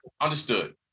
Understood